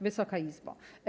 Wysoka Izbo!